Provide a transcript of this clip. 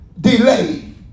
delay